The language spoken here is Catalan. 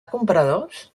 compradors